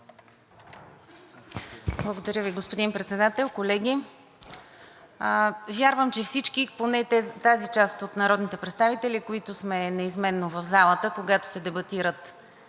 Благодаря Ви, господин Председател. Колеги, вярвам, че всички – поне тази част от народните представители, които сме неизменно в залата, когато се дебатират